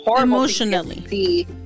emotionally